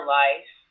life